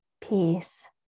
peace